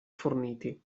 forniti